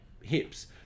hips